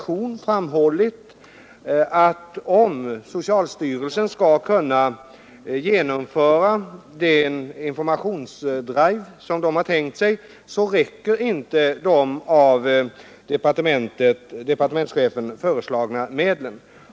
Om socialstyrelsen skall kunna genomföra den informationsdrive som man har tänk sig, räcker inte de av departementschefen föreslagna medlen.